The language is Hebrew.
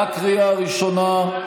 בקריאה הראשונה.